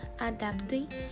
adapting